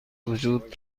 وجود